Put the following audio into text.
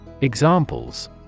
Examples